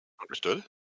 understood